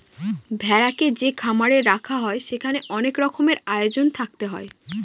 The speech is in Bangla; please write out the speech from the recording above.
ভেড়াকে যে খামারে রাখা হয় সেখানে অনেক রকমের আয়োজন থাকতে হয়